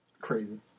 Crazy